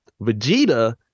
Vegeta